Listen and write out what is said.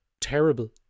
terrible